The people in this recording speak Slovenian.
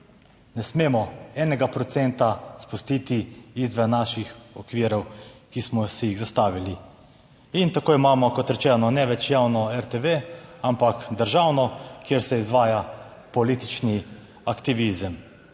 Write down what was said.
procenta spustiti izven naših okvirov, ki smo si jih zastavili. In tako imamo, kot rečeno, ne več javno RTV, ampak državno, kjer se izvaja politični aktivizem,